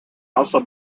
also